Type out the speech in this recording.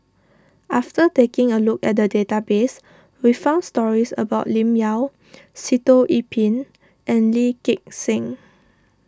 after taking a look at the database we found stories about Lim Yau Sitoh Yih Pin and Lee Gek Seng